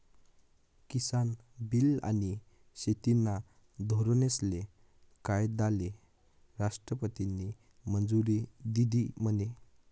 किसान bill आनी शेतीना धोरनेस्ले कायदाले राष्ट्रपतीनी मंजुरी दिधी म्हने?